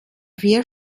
vier